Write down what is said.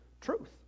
truth